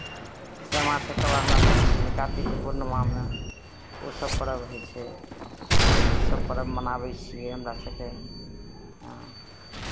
सामा चकेबा हमरा सभके खेलै छियै कातिकके पूर्णिमामे ओसभ पर्व होइ छै ओसभ पर्व मनाबै छियै हमरा सभके इहाँ